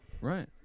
Right